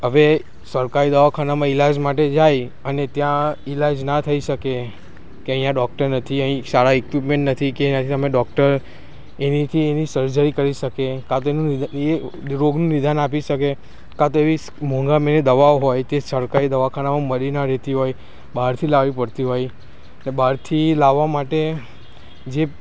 હવે સરકારી દવાખાનામાં ઈલાજ માટે જાય અને ત્યાં ઈલાજ ના થઈ શકે કે અહીંયા ડોક્ટર નથી અહીં સારાં ઇકીપમેન્ટ નથી કે એ નથી અમે ડોક્ટર એનાથી એની સર્જરી કરી શકે કાં તો એનું એ રોગનું નિદાન આપી શકે કાં તો એવી મોંઘામાંની દવાઓ હોય કે સરકારી દવાખાનામાં મળી ના રહેતી હોય બહારથી લાવવી પડતી હોય અને બહારથી લાવવા માટે જે